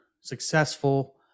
successful